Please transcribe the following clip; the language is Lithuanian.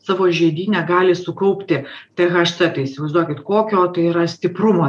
savo žiedyne gali sukaupti tė haš cė tai įsivaizduokit kokio tai yra stiprumo